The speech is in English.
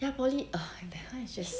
ya poly eh that one is just